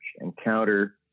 encounter